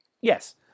yes